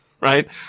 right